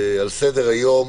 על סדר-היום